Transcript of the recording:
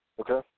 Okay